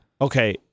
Okay